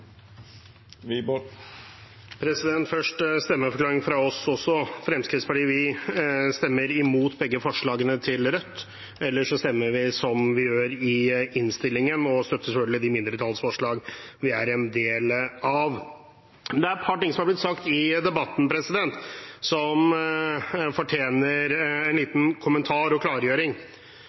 Først en stemmeforklaring også fra oss: Fremskrittspartiet stemmer imot begge forslagene til Rødt. Ellers stemmer vi som det står i innstillingen, og støtter selvfølgelig de mindretallsforslagene vi er en del av. Det er et par ting som er blitt sagt i debatten som fortjener en liten kommentar og klargjøring.